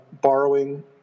borrowing